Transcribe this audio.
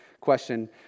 question